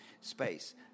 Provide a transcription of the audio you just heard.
space